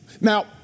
Now